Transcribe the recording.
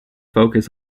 focus